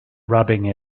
rubbing